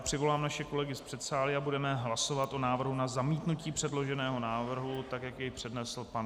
Přivolám naše kolegy z předsálí a budeme hlasovat o návrhu na zamítnutí předloženého návrhu tak, jak jej přednesl pan zpravodaj.